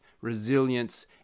resilience